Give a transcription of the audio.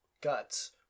guts